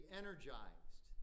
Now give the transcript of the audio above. energized